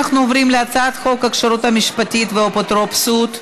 אנחנו עוברים להצעת חוק הכשרות המשפטית והאפוטרופסות (תיקון,